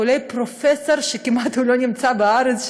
כולל פרופסור שכמעט לא נמצא בארץ,